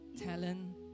talent